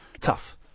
tough